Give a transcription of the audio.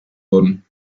wurden